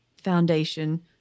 foundation